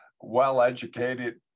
well-educated